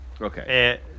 Okay